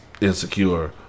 insecure